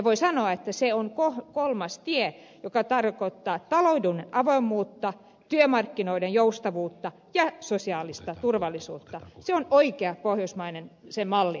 voi sanoa että se on kolmas tie joka tarkoittaa talouden avoimuutta työmarkkinoiden joustavuutta ja sosiaalista turvallisuutta ja oikea pohjoismainen se malli